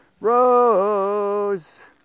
rose